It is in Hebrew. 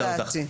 זאת הצעתי.